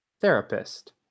Therapist